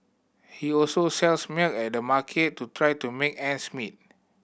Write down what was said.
he also sells milk at the market to try to make ends meet